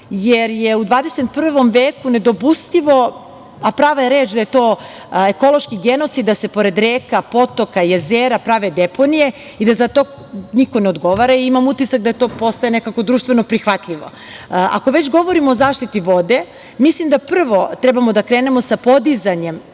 jer je u 21. veku nedopustivo, a prava je reč da je to ekološki genocid, da se pored reka, potoka, jezera, prave deponije i da za to niko ne odgovara. Imam utisak da to postaje nekako društveno prihvatljivo. Ako već govorimo o zaštiti vode, mislim da prvo treba da krenemo sa podizanjem,